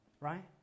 right